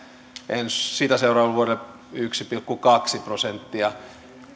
sitä seuraavalle vuodelle yksi pilkku kaksi prosenttia